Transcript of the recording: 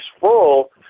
full